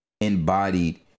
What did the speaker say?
embodied